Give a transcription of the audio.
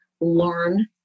learn